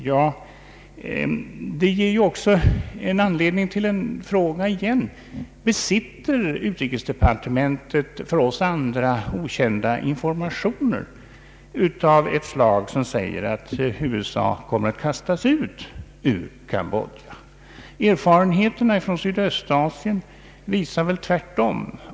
Ja, det ger anledning till en ny fråga: Besitter utrikesdepartementet för oss andra okända informationer av ett slag som säger att USA kommer att kastas ut ur Cambodja? Erfarenheterna från Sydöstasien i Övrigt visar väl raka motsatsen.